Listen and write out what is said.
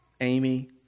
Amy